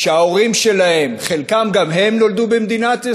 שההורים שלהם, חלקם גם הם נולדו במדינת ישראל,